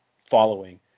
following